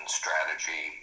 strategy